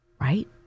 right